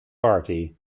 party